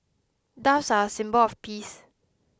doves are a symbol of peace